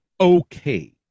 okay